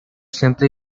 simply